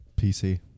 PC